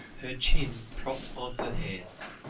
her chin propped on her hands,